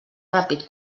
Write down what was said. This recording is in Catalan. ràpid